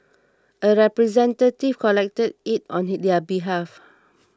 a representative collected it on their behalf